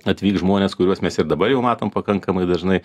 atvyks žmonės kuriuos mes ir dabar jau matom pakankamai dažnai